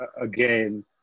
again